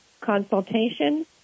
consultation